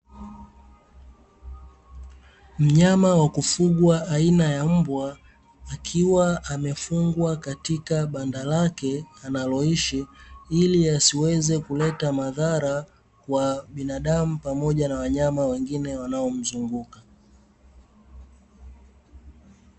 Mnyama wa kufugwa aina ya mbwa akiwa amefungwa katika banda lake analoishi ili asiweze kuleta madhara kwa binadamu pamoja na wanyama wengine wanaomzunguka.